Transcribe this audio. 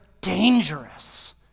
dangerous